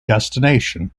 destination